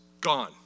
gone